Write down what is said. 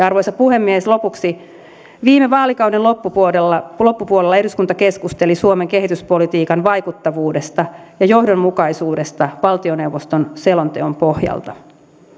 arvoisa puhemies lopuksi viime vaalikauden loppupuolella loppupuolella eduskunta keskusteli suomen kehityspolitiikan vaikuttavuudesta ja johdonmukaisuudesta valtioneuvoston selonteon pohjalta